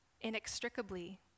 inextricably